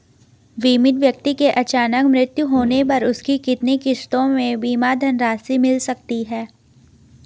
बीमित व्यक्ति के अचानक मृत्यु होने पर उसकी कितनी किश्तों में बीमा धनराशि मिल सकती है?